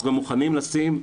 אנחנו גם מוכנים לשים,